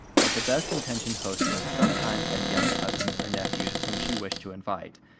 but the best-intentioned hostess sometimes had young cousins or nephews whom she wished to invite,